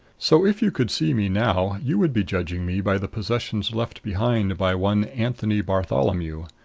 so if you could see me now you would be judging me by the possessions left behind by one anthony bartholomew.